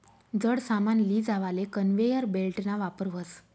जड सामान लीजावाले कन्वेयर बेल्टना वापर व्हस